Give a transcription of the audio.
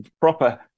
proper